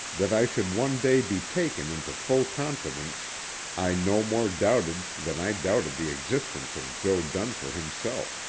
that i should one day be taken into full confidence i no more doubted than i doubted the existence of jo. dunfer himself,